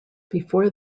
before